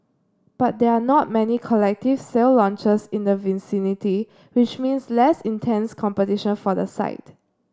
but there are not many collective sale launches in the vicinity which means less intense competition for the site